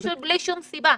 פשוט בלי שום סיבה.